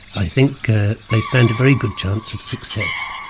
i think they stand a very good chance of success.